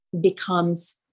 becomes